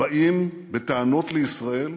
באים בטענות לישראל,